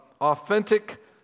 authentic